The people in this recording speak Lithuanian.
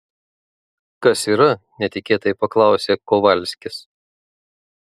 kas yra netikėtai paklausė kovalskis